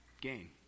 Gain